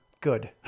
good